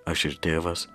aš ir tėvas